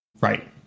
Right